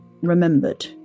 remembered